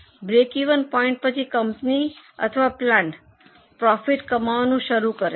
breakeven point પછી company અથવા plant profit કમાવાનું શરૂ કરે છે